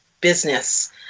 business